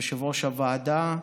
יושבת-ראש הוועדה.